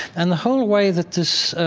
and the whole way that this